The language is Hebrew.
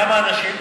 כמה אנשים?